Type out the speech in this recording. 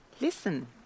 Listen